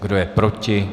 Kdo je proti?